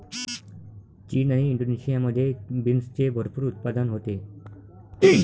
चीन आणि इंडोनेशियामध्ये बीन्सचे भरपूर उत्पादन होते